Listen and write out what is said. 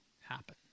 happen